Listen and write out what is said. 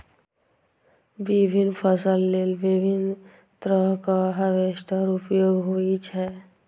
विभिन्न फसल लेल विभिन्न तरहक हार्वेस्टर उपयोग होइ छै